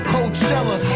Coachella